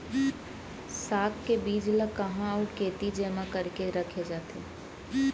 साग के बीज ला कहाँ अऊ केती जेमा करके रखे जाथे?